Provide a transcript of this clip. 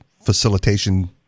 facilitation